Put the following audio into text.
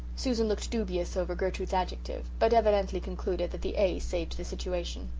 susan looked dubious over gertrude's adjective, but evidently concluded that the a saved the situation.